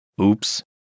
Oops